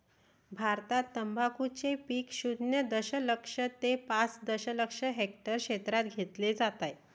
भारतात तंबाखूचे पीक शून्य दशलक्ष ते पाच दशलक्ष हेक्टर क्षेत्रात घेतले जाते